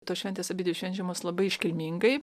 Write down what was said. tos šventės abidvi švenčiamos labai iškilmingai